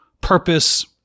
purpose